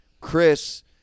Chris